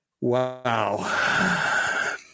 Wow